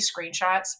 screenshots